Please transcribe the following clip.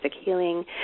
healing